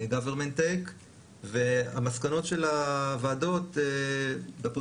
government take ׁׁׁׁׁׁׁ(חלקה של המדינה) והמסקנות של הוועדות בפוטנציה,